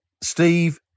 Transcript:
Steve